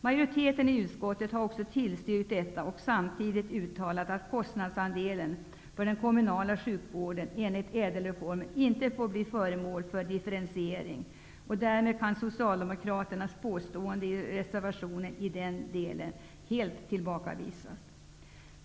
Majoriteten i utskottet har också tillstyrkt detta förslag och samtidigt uttalat att kostnadsandelen för den kommunala sjukvården enligt ÄDEL reformen inte får bli föremål för differentiering. Därmed kan Socialdemokraternas påstående i reservationen i den delen helt tillbakavisas.